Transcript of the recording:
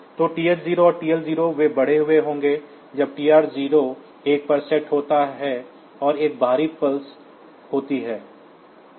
तो TH0 और TL0 वे बढ़े हुए होंगे जब TR0 1 पर सेट होता है और एक बाहरी पल्सेस होती है